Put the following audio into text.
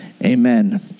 Amen